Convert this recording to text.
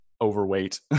overweight